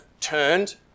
turned